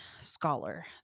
scholar